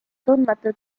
tundmatu